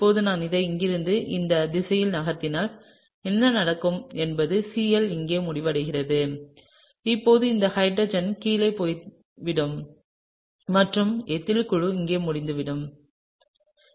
இப்போது நான் இதை இங்கிருந்து இந்த திசையில் நகர்த்தினால் என்ன நடக்கும் என்பது Cl இங்கே முடிவடைகிறது இப்போது இந்த ஹைட்ரஜன் கீழே போய்விட்டது மற்றும் எத்தில் குழு இங்கே முடிந்துவிட்டது